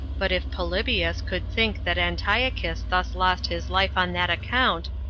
but if polybius could think that antiochus thus lost his life on that account,